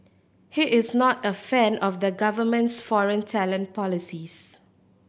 he is not a fan of the government's foreign talent policies